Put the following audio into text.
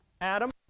Adam